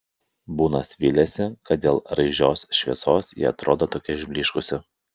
bunas vylėsi kad dėl raižios šviesos ji atrodo tokia išblyškusi